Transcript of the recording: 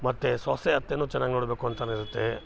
ಮತ್ತು ಸೊಸೆ ಅತ್ತೆನೂ ಚೆನ್ನಾಗಿ ನೋಡಬೇಕು ಅಂತ ಅನ್ನೋದ್ ಇರುತ್ತೆ